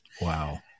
Wow